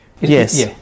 Yes